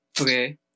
Okay